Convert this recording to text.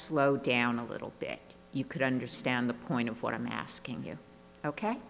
slow down a little bit you could understand the point of what i'm asking you ok